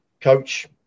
coach